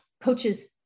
coaches